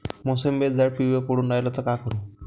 मोसंबीचं झाड पिवळं पडून रायलं त का करू?